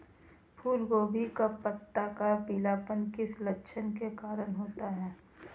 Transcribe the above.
फूलगोभी का पत्ता का पीलापन किस लक्षण के कारण होता है?